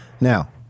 Now